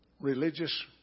religious